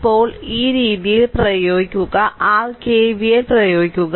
ഇപ്പോൾ ഈ രീതിയിൽ പ്രയോഗിക്കുക r KVL പ്രയോഗിക്കുക